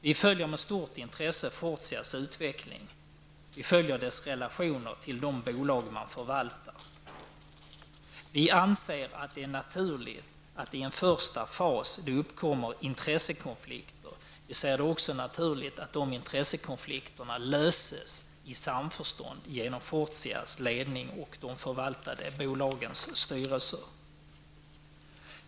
Vi följer med stort intresse Fortias utveckling och dess relationer till de bolag som man förvaltar. Vi anser att det är naturligt att det i en första fas uppkommer intressekonflikter och att dessa intressekonflikter skall lösas i samförstånd mellan Fortias ledning och de förvaltade bolagens styrelser.